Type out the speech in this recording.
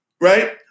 right